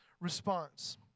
Response